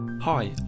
Hi